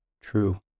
True